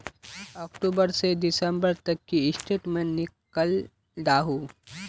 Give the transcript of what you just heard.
अक्टूबर से दिसंबर तक की स्टेटमेंट निकल दाहू?